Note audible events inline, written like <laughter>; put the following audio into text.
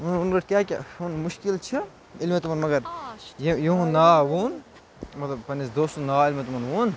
<unintelligible> ووٚنُن کیٛاہ کیٛاہ ووٚنُن مُشکِل چھُ ییٚلہِ مےٚ تِمَن مگر یِہُنٛد ناو ووٚن مطلب پَنٛنِس دوستہٕ سُنٛد ناو ییٚلہِ مےٚ تِمَن ووٚن